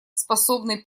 способной